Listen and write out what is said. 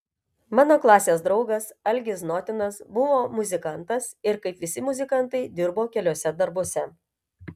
mano klasės draugas algis znotinas buvo muzikantas ir kaip visi muzikantai dirbo keliuose darbuose